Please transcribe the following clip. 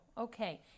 okay